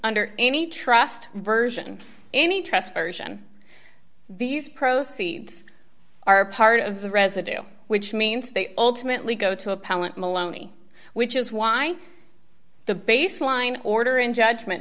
under any trust version any trust version these proceeds are part of the residue which means they ultimately go to appellant moloney which is why the baseline order in judgment